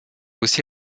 aussi